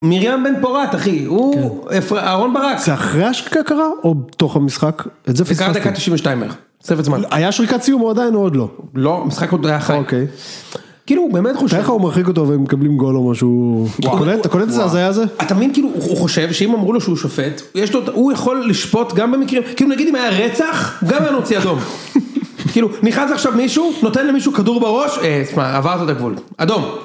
מרים בן פורת אחי, הוא אהה.. אהרון ברק. זה אחרי ההשקה קרה או בתוך המשחק? את זה פספתי, זה קרה דקה תשעים ושתיים בערך, תוספת זמן, היה שריקת סיום הוא עדיין או עוד לא? לא, המשחק עוד הוא היה חי, אוקיי, כאילו הוא באמת חושב, תאר לך הוא מרחיק אותו והם מקבלים גול או משהו, אתה קולט איזה הזיה זה, אתה מבין כאילו? הוא.. הוא חושב שאם אמרו לו שהוא שופט, יש לו, הוא יכול לשפוט גם במקרים, כאילו נגיד אם היה רצח הוא גם היה מוציא אדום, כאילו נכנס עכשיו מישהו נותן למישהו כדור בראש, סליחה עברת את הגבול, אדום